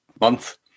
month